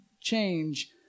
change